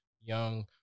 young